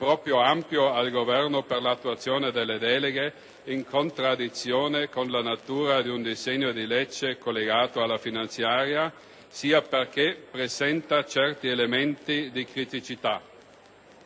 troppo ampio al Governo per l'attuazione delle deleghe, in contraddizione con la natura di un disegno di legge collegato alla finanziaria, sia perché presenta alcuni elementi di criticità.